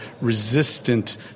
resistant